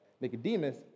Nicodemus